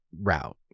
route